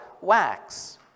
wax